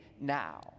now